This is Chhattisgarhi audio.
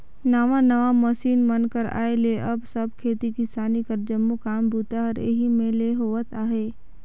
नावा नावा मसीन मन कर आए ले अब सब खेती किसानी कर जम्मो काम बूता हर एही मे ले होवत अहे